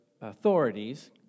authorities